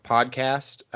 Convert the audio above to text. Podcast